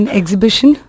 exhibition